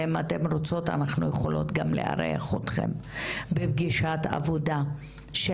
ואם אתן רוצות אנחנו יכולות גם לארח אתכן בפגישת עבודה של